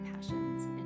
passions